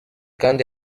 kandi